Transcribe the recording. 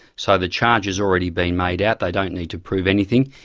so the charge has already been made out they don't need to prove anything.